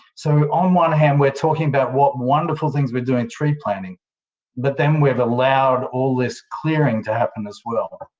so on one hand, we're talking about what wonderful things we're doing with tree planting but then we've allowed all this clearing to happen as well.